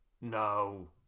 No